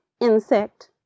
insect